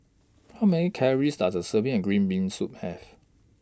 How Many Calories Does A Serving of Green Bean Soup Have